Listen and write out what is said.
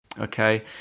Okay